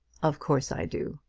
of course i do.